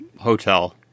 hotel